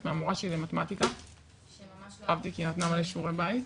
מהמורה שלי למתמטיקה שממש לא אהבתי כי היא נתנה מלא שיעורי בית,